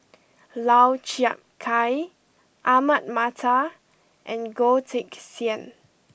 Lau Chiap Khai Ahmad Mattar and Goh Teck Sian